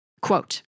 quote